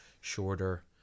shorter